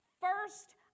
first